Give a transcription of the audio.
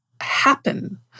happen